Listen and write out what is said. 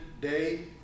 day